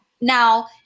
Now